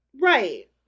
Right